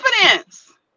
confidence